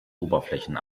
oberflächen